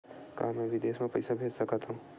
का मैं विदेश म पईसा भेज सकत हव?